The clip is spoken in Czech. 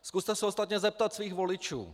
Zkuste se ostatně zeptat svých voličů.